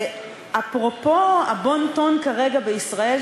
אפרופו הבון-טון כרגע בישראל,